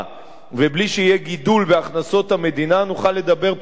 שיהיה גידול בהכנסות המדינה נוכל לדבר פה עד מחר,